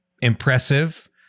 impressive